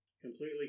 Completely